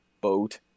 boat